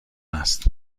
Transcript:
است